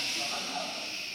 לשים פתק בכותל ------ נאור,